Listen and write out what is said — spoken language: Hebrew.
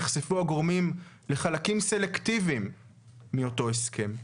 נחשפו הגורמים לחלקים סלקטיביים מאותו הסכם.